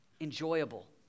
enjoyable